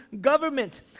government